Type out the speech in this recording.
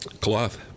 Cloth